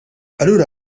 allura